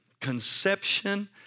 conception